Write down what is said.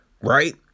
right